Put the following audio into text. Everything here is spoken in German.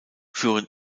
führen